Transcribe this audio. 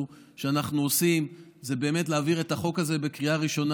שאנחנו עושים זה להעביר את החוק הזה בקריאה ראשונה.